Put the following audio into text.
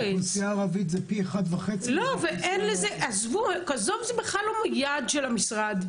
באוכלוסייה הערבית זה פי 1.5. זה בכלל לא יעד של המשרד,